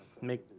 make